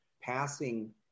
passing